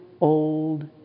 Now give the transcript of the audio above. old